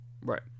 Right